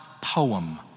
poem